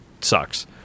sucks